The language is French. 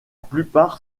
plupart